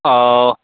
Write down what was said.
हाव